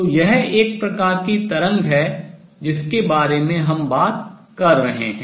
तो यह एक प्रकार की तरंग है जिसके बारे में हम बात कर रहे हैं